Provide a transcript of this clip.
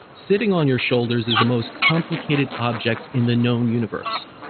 sitting on your shoulders is the most complicated object in the known universe.